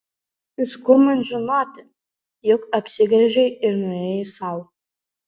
iš kur man žinoti juk apsigręžei ir nuėjai sau